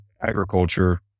agriculture